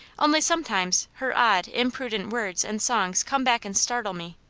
only some times her odd, imprudent words and songs come back and startle me.